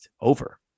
over